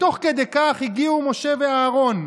ותוך כדי כך הגיעו משה ואהרן.